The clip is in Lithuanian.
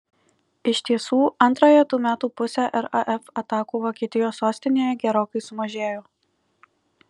iš tiesų antrąją tų metų pusę raf atakų vokietijos sostinėje gerokai sumažėjo